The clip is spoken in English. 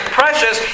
precious